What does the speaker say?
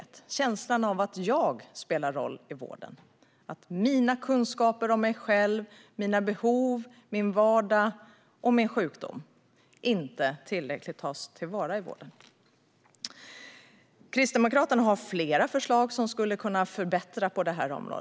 Det handlar om känslan av att jag spelar roll i vården, om att mina kunskaper om mig själv, mina behov, min vardag och min sjukdom inte tas till vara i vården i tillräcklig utsträckning. Kristdemokraterna har flera förslag som skulle kunna förbättra det.